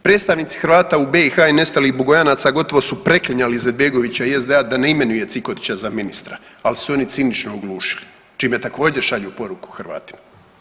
Predstavnici Hrvata u BiH i nestalih Bugojanaca gotovo su preklinjali Izetbegovića i SDA da ne imenuje Cikotića za ministra, ali su se oni cinično oglušili, čime također šalju poruku Hrvatima.